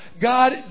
God